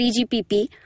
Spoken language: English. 3GPP